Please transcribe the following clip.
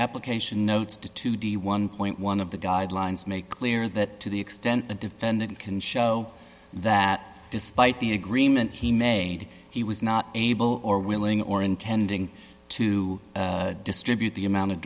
application notes due to the one point one of the guidelines make clear that to the extent the defendant can show that despite the agreement he made he was not able or willing or intending to distribute the amount of